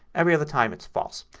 every other time it's false.